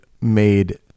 made